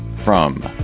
from